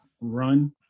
run